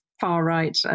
far-right